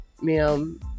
Ma'am